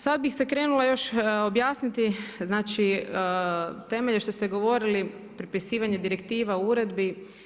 Sad bi se krenula još objasniti, znači, temeljem što ste govorili prepisivanje direktiva o uredbi.